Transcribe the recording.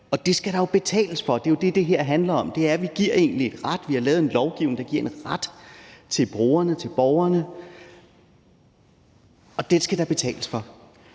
at vi giver en ret; vi har lavet en lovgivning, der giver en ret til brugerne, til borgerne, og den skal der betales for.